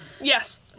Yes